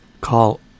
Call